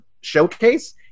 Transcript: showcase